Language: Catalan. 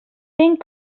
tinc